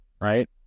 right